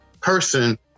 person